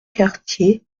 quartier